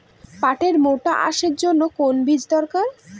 পাটের মোটা আঁশের জন্য কোন বীজ দরকার?